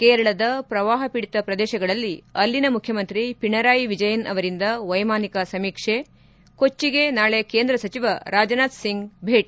ಕೇರಳದ ಪ್ರವಾಹ ಪೀಡಿತ ಪ್ರದೇಶಗಳಲ್ಲಿ ಅಲ್ಲಿನ ಮುಖ್ಯಮಂತ್ರಿ ಪಿಣರಾಯಿ ವಿಜಯನ್ ಅವರಿಂದ ವೈಮಾನಿಕ ಸಮೀಕ್ಷೆ ಕೊಚ್ಚಿಗೆ ನಾಳೆ ಕೇಂದ್ರ ಸಚಿವ ರಾಜ್ನಾಥ್ ಸಿಂಗ್ ಭೇಟ